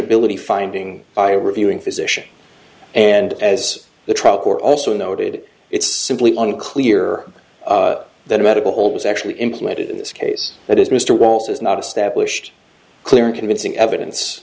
ability finding by reviewing physician and as the truck or also noted it's simply unclear that a medical hold was actually implemented in this case that is mr wallace is not established clear and convincing evidence